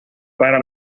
para